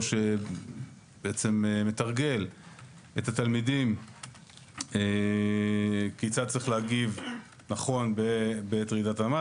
שבעצם מתרגל את התלמידים כיצד צריך להגיב נכון בעת רעידת אדמה.